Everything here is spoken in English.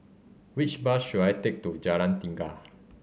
which bus should I take to Jalan Tiga